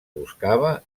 buscava